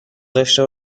داشته